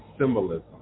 symbolism